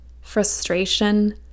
frustration